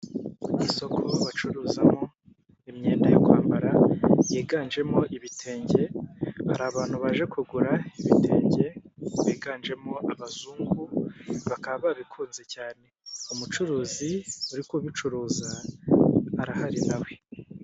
Ku isoko bacuruzamo imyenda yo kwambara yiganjemo ibitenge, hari abantu baje kugura ibitenge biganjemo abazungu, bakaba babikunze cyane. Umucuruzi uri kubicuruza arahari na we.